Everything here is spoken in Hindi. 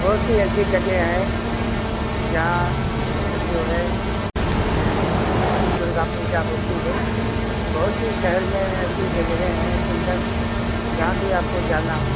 बहुत सी ऐसी जगह है जहाँ पर जो है दुर्गा पूजा होती है बहुत से शहर में ऐसी जगहें है सुंदर जहाँ भी आपको जाना हो